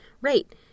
Right